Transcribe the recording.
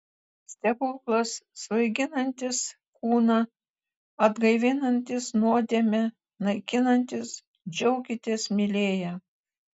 stebuklas svaiginantis kūną atgaivinantis nuodėmę naikinantis džiaukitės mylėję